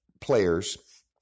players